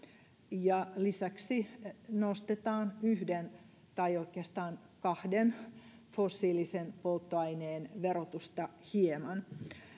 ja lisäksi nostetaan yhden tai oikeastaan kahden fossiilisen polttoaineen verotusta hieman